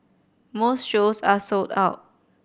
most shows are sold out